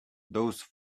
those